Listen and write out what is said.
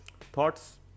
Thoughts